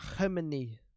Germany